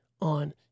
on